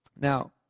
Now